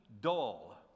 dull